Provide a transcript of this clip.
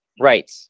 right